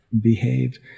behaved